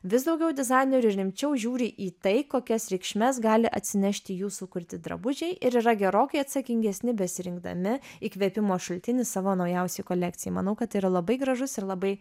vis daugiau dizainerių rimčiau žiūri į tai kokias reikšmes gali atsinešti jų sukurti drabužiai ir yra gerokai atsakingesni besirinkdami įkvėpimo šaltinį savo naujausiai kolekcijai manau kad tai yra labai gražus ir labai